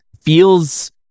feels